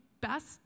best